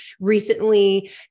recently